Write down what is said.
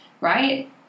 Right